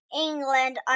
England